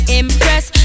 impress